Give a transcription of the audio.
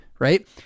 right